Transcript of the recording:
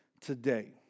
today